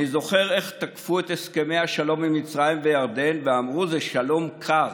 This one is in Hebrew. אני זוכר איך תקפו את הסכמי השלום עם מצרים וירדן ואמרו: זה שלום קר,